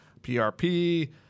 PRP